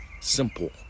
Simple